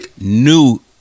new